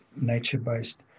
nature-based